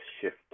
shift